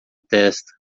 testa